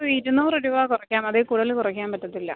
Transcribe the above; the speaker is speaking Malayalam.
ഇരുന്നൂറ് രൂപ കുറയ്ക്കാം അതിൽ കൂടുതല് കുറയ്ക്കാൻ പറ്റത്തില്ല